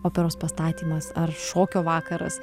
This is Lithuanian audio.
operos pastatymas ar šokio vakaras